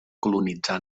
colonitzar